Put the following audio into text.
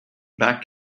back